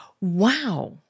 Wow